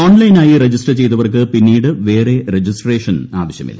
ഓൺലൈനായി രജിസ്റ്റർ ചെയ്തവർക്ക് പിന്നീട് വേറെ രജിസ്ട്രേഷൻ ആവശൃമില്ല